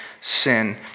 sin